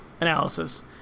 analysis